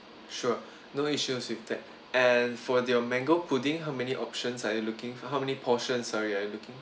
sure no issues with that and for your mango pudding how many options are looking for how many portions sorry are you looking